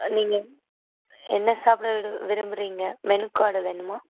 நீங்கள் என்ன சாப்பிட விரும்புகிறீங்க மெனு கார்டு வேணுமா